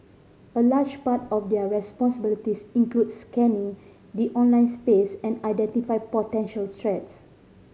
a large part of their responsibilities includes scanning the online space and identify potential threats